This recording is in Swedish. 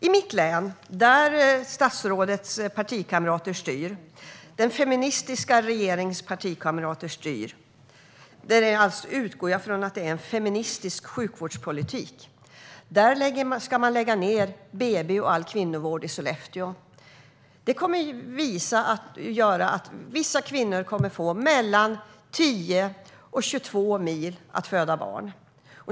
I mitt län, där statsrådets och den feministiska regeringens partikamrater styr - jag utgår alltså från att man för en feministisk sjukvårdspolitik - ska man lägga ned BB och all kvinnovård i Sollefteå. Det kommer att leda till att vissa kvinnor kommer att få åka mellan 10 och 22 mil för att föda barn.